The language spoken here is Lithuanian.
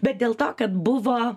bet dėl to kad buvo